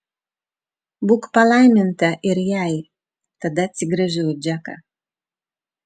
būk palaiminta ir jai tada atsigręžiau į džeką